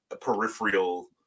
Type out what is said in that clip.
peripheral